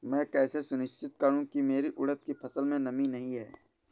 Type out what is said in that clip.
मैं कैसे सुनिश्चित करूँ की मेरी उड़द की फसल में नमी नहीं है?